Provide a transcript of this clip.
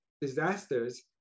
disasters